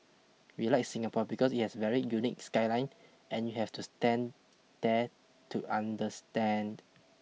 we like Singapore because it has a very unique skyline and you have to stand there to understand